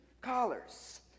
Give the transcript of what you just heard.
collars